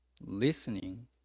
listening